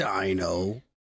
Dino